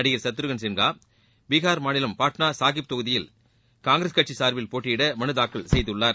நடிகர் சத்ருகன் சின்ஹா பீகார் மாநிலம் பாட்னா சாஹிப் தொகுதியில் காங்கிரஸ் கட்சி சார்பில் போட்டியிட மனுத் தாக்கல் செய்துள்ளார்